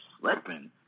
slipping